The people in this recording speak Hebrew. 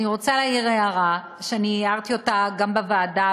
אני רוצה להעיר הערה שאני הערתי גם בוועדה,